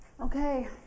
okay